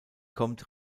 kommt